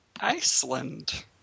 Iceland